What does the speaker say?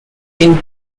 been